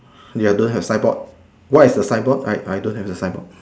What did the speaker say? ya don't have signboard what is the signboard I I don't have the signboard